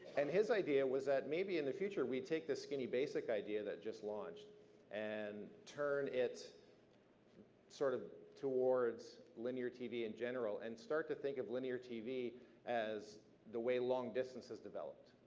and his idea was that maybe in the future, we take the skinny basic idea that just launched and turn it sort of towards linear tv in general, and start to think of linear tv as the way long distance has developed,